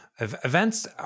events